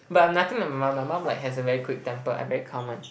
but I'm nothing like my mum my mum like has a very quick temper I very calm one